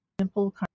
simple